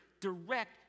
direct